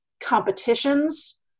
competitions